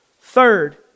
Third